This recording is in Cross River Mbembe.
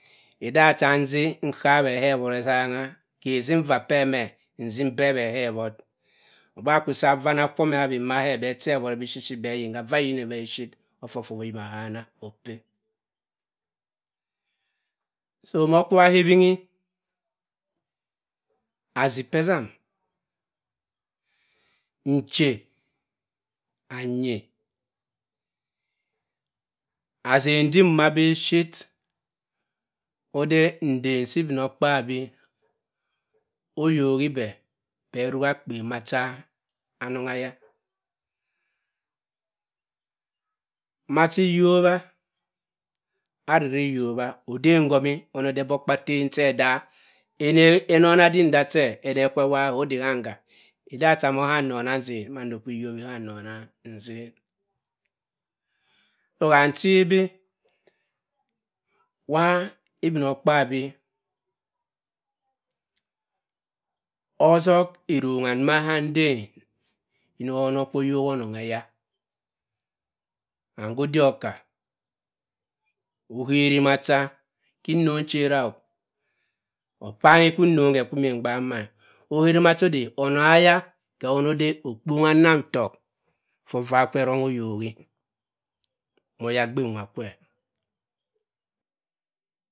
Ida cha nzi nkaa-e me ewott ezomga, ke ozim nva pe me nzi mbep-e ke ewott ogbe nwa kwu sa varr ana kwamme awik mbuwa ke bhe ach-e awon biphir-phir bhe yinga, varr ayi yini me biphir offob fobbi oyinna kana oppe. so ma okwuwa ka ewingi azi p-e ezam nche anyi azen dim mbuma biphir ode ndem si ibinokpaabyi oyoki bhe, bhe aruk akpen macha anong eya, macha iyobba, afere iyobba odem ngom ono ode ebokpa-tem che ndad enona dim nda che ene kwa ewowa odkaam ga edem nda cha mo oham nnona nzen mando kwa iyobba iham nnona nzen so kam moh iwi bi uwa ibinokpaabyi osok eronga nduma ka nden yina iwa ono kwor oyok onong eya and go odik okka oheri macha ki nnong nche-ra-e opongi kwu nhong ge kwu mmi mgbaak ma oheri macha ode